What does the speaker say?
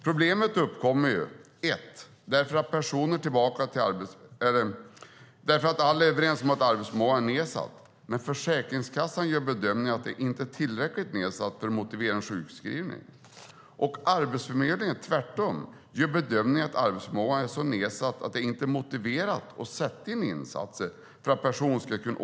Problemet uppkommer när alla är överens om att arbetsförmågan är nedsatt men Försäkringskassan gör bedömningen att den inte är tillräckligt nedsatt för att motivera en sjukskrivning och Arbetsförmedlingen tvärtom gör bedömningen att arbetsförmågan är så nedsatt att det inte är motiverat att sätta in insatser för personen.